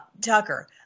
Tucker